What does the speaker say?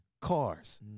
cars